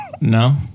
No